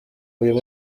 uyu